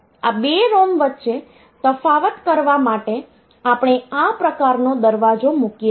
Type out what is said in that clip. આ 2 ROM વચ્ચે તફાવત કરવા માટે આપણે આ પ્રકારનો દરવાજો મૂકીએ છીએ